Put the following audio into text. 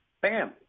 bam